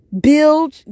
build